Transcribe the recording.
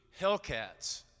Hellcats